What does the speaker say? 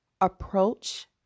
Approach